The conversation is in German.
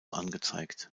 angezeigt